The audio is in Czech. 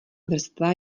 vrstva